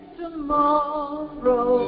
tomorrow